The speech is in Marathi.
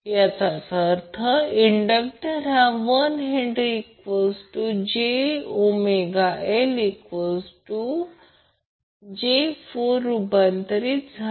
याचाच अर्थ इंडक्टर हा 1H ⇒ jωL j4 रूपांतरित झाला